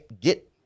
get